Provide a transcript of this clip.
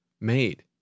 made